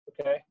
okay